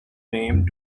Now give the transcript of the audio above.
name